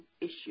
issue